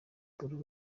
paul